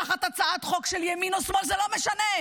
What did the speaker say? תחת הצעה של ימין או שמאל, זה לא משנה.